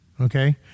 Okay